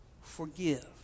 forgive